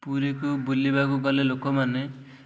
ପୁରୀକୁ ବୁଲିବାକୁ ଗଲେ ଲୋକମାନେ